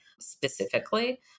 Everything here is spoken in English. specifically